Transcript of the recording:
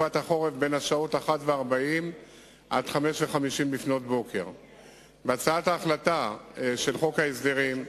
ובתקופת החורף השעות הן 01:40 עד 05:50. בהצעת ההחלטה של חוק ההסדרים,